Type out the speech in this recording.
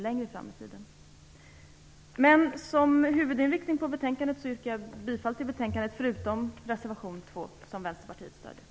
Jag yrkar bifall till utskottets hemställan, förutom i fråga om reservation 2 som Vänsterpartiet stöder.